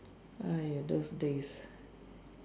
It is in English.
!aiya! those days